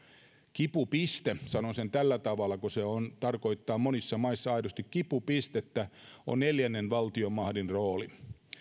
kipupiste sanon sen tällä tavalla kun se tarkoittaa monissa maissa aidosti kipupistettä on neljännen valtiomahdin rooli